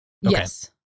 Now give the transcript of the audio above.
Yes